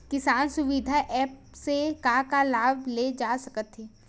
किसान सुविधा एप्प से का का लाभ ले जा सकत हे?